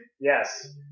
Yes